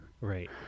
right